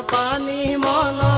on the um um